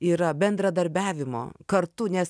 yra bendradarbiavimo kartu nes